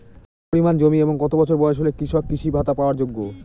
কত পরিমাণ জমি এবং কত বছর বয়স হলে কৃষক কৃষি ভাতা পাওয়ার যোগ্য?